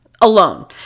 alone